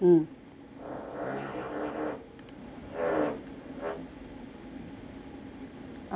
I see